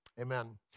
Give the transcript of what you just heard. Amen